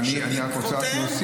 וגם עקב דוח מבקר המדינה,